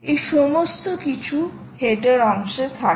এই সমস্ত কিছু হেডার অংশে থাকে